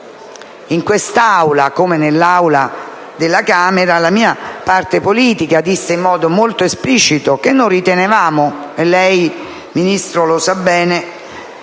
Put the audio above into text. in quest'Aula come nell'Aula della Camera la mia parte politica disse in modo molto esplicito che speravamo - lei, Ministro, lo sa bene